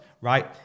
right